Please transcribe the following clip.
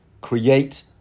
Create